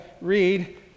read